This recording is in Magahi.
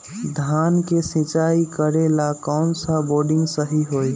धान के सिचाई करे ला कौन सा बोर्डिंग सही होई?